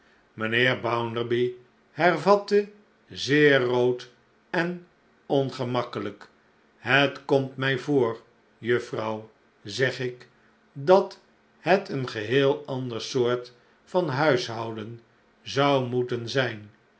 mijnheer bounderby hervatte zeer rood en ongemakkelijk het komt mij voor juffrouw zeg ik dat het een geheel ander soort van huishouden zou moeten zijn